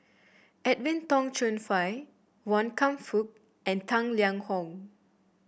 Edwin Tong Chun Fai Wan Kam Fook and Tang Liang Hong